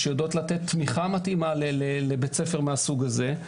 שיודעות לתת תמיכה מתאימה לבית ספר מהסוג הזה.